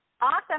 Awesome